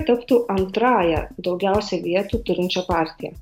taptų antrąja daugiausiai vietų turinčia partija